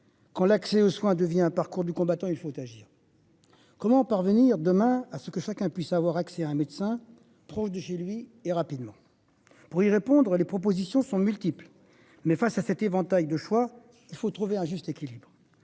Quand l'accès aux soins devient un parcours du combattant, il faut agir. Comment parvenir demain à ce que chacun puisse avoir accès à un médecin proche de chez lui et rapidement. Pour y répondre, les propositions sont multiples mais face à cet éventail de choix il faut trouver un juste équilibre